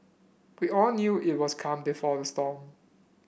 we all knew it was calm before the storm